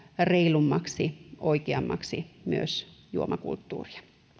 reilummaksi ja oikeammaksi myös juomakulttuuria